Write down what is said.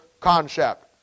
concept